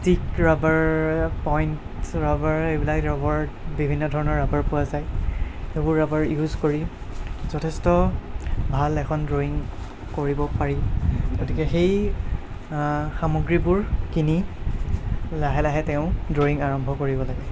stick rubber point rubber এইবিলাক rubber বিভিন্ন ধৰণৰ ৰবাৰ পোৱা যায় সেইবোৰ ৰবাৰ ইউচ কৰি যথেষ্ট ভাল এখন ড্ৰয়িং কৰিব পাৰি গতিকে সেই সামগ্ৰীবোৰ কিনি লাহে লাহে তেওঁ ড্ৰয়িং আৰম্ভ কৰিব লাগে